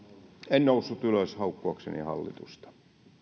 en noussut ylös haukkuakseni hallitusta